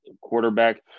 quarterback